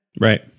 Right